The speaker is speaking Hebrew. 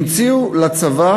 המציאו לצבא